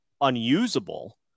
unusable